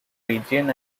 region